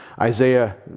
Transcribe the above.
Isaiah